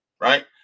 right